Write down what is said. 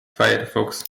firefox